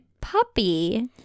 puppy